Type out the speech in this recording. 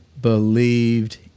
believed